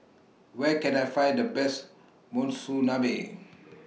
Where Can I Find The Best Monsunabe